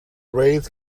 raids